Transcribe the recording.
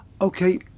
Okay